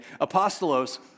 Apostolos